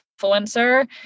influencer